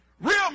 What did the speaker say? Real